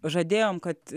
žadėjom kad